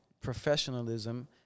professionalism